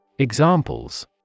Examples